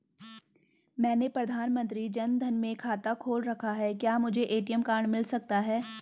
मैंने प्रधानमंत्री जन धन में खाता खोल रखा है क्या मुझे ए.टी.एम कार्ड मिल सकता है?